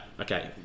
Okay